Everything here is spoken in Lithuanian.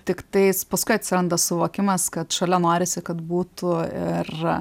tiktais paskui atsiranda suvokimas kad šalia norisi kad būtų ir